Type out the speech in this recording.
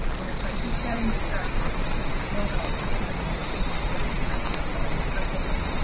if i keep getting distracted it's because the doorbell keeps ringing on the waiting room, so that's what so